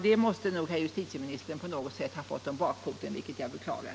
Det måste nog herr justitieministern ha fått om bakfoten på något sätt, vilket jag beklagar.